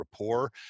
rapport